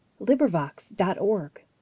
LibriVox.org